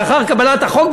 לאחר קבלת החוק,